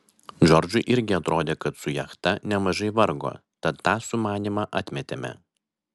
džordžui irgi atrodė kad su jachta nemažai vargo tad tą sumanymą atmetėme